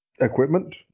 equipment